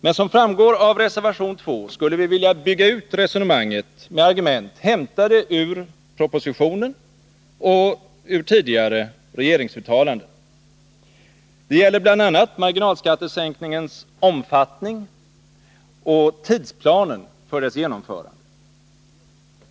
Men som framgår av reservation 2 skulle vi vilja bygga ut resonemanget med argument hämtade ur propositionen och tidigare regeringsuttalanden. Det gäller bl.a. marginalskattesänkningens omfattning och tidsplanen för dess genomförande.